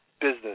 business